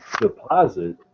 deposit